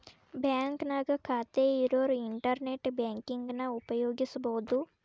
ಬಾಂಕ್ನ್ಯಾಗ ಖಾತೆ ಇರೋರ್ ಇಂಟರ್ನೆಟ್ ಬ್ಯಾಂಕಿಂಗನ ಉಪಯೋಗಿಸಬೋದು